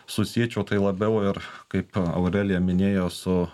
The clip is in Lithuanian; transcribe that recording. susiečiau tai labiau ir kaip aurelija minėjo su